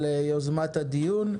על יוזמת הדיון.